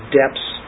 depths